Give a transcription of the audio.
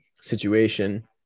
situation